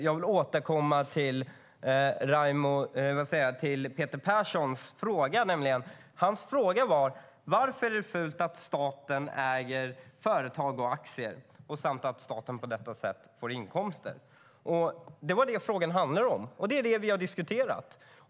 Jag vill återkomma till Peter Perssons fråga. Hans fråga var varför det är fult att staten äger företag och aktier och på detta sätt får inkomster. Det var det frågan handlade om, och det är det vi har diskuterat.